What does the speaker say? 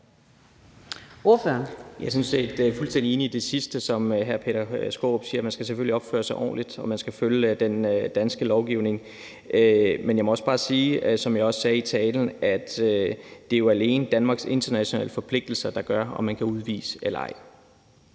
Jeg er fuldstændig enig i det sidste, hr. Peter Skaarup siger. Man skal selvfølgelig opføre sig ordentligt, og man skal følge den danske lovgivning. Men jeg må også bare sige, som jeg også gjorde i talen, at det jo alene er Danmarks internationale forpligtelser, der afgør, om man kan udvise eller ej.